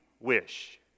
wish